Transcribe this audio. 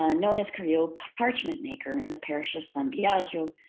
ah known as carino parchment maker in the parish of san biagio,